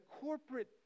corporate